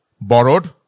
borrowed